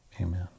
Amen